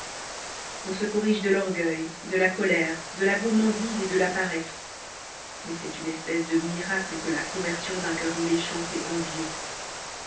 on se corrige de l'orgueil de la colère de la gourmandise et de la paresse mais c'est une espèce de miracle que la conversion d'un cœur méchant et envieux